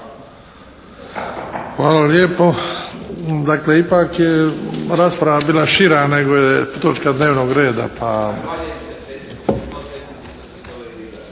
Hvala lijepo. Dakle ipak je bila rasprava bila šira nego je točka dnevnog reda.